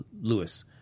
Lewis